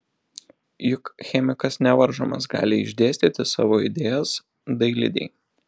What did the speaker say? juk chemikas nevaržomas gali išdėstyti savo idėjas dailidei